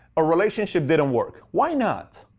a relationship didn't work. why not?